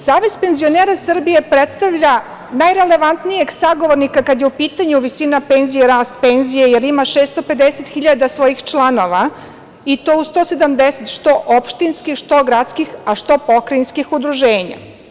Savez penzionera Srbije predstavlja najrelevantnijeg sagovornika kada je u pitanju visina penzija, rast penzija, jer ima 650 hiljada svojih članova, i to u 170, što opštinskih, što gradskih, a što pokrajinskih udruženja.